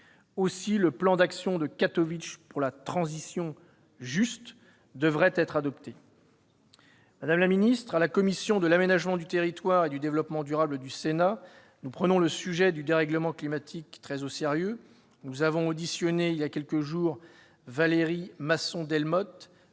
Ainsi, le « plan d'action de Katowice pour la transition juste » devrait être adopté. Madame la secrétaire d'État, à la commission de l'aménagement du territoire et du développement durable du Sénat, nous prenons le sujet du dérèglement climatique très au sérieux. Nous avons auditionné voilà quelques jours Valérie Masson-Delmotte,